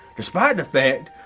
despite the fact.